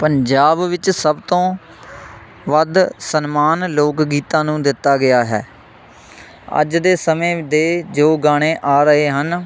ਪੰਜਾਬ ਵਿੱਚ ਸਭ ਤੋਂ ਵੱਧ ਸਨਮਾਨ ਲੋਕ ਗੀਤਾਂ ਨੂੰ ਦਿੱਤਾ ਗਿਆ ਹੈ ਅੱਜ ਦੇ ਸਮੇਂ ਦੇ ਜੋ ਗਾਣੇ ਆ ਰਹੇ ਹਨ